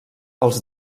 els